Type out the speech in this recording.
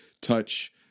touch